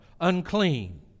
unclean